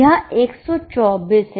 यह 124 है